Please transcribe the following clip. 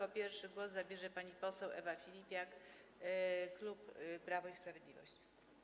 Jako pierwsza głos zabierze pani poseł Ewa Filipiak, klub Prawo i Sprawiedliwość.